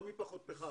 לא מפחות פחם.